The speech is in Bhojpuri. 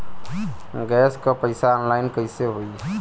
गैस क पैसा ऑनलाइन कइसे होई?